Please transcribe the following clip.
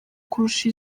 kurusha